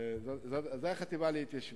זה בעניין החטיבה להתיישבות.